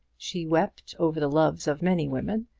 she wept over the loves of many women,